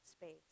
Space